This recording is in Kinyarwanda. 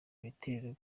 ibitero